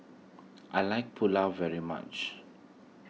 I like Pulao very much